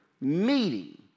meeting